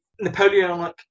Napoleonic